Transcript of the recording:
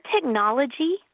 technology